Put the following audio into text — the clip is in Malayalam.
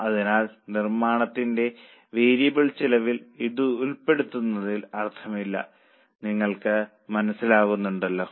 അതിനാൽ നിർമ്മാണത്തിന്റെ വേരിയബിൾ ചെലവിൽ ഇത് ഉൾപ്പെടുത്തുന്നതിൽ അർത്ഥമില്ല നിങ്ങൾക്ക് മനസിലാകുന്നുണ്ടോ